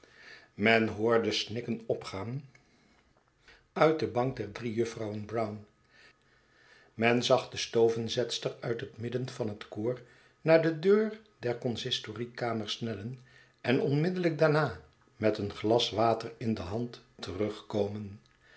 men hoorde snikken opgaan uit de bank der drie juffrouwen brown men zag de stovenzetster uit het midden van het koor naar de deur der consistoriekamer snellen en onmiddellijk daarna met een glas water in de hand terugkomen